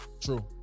True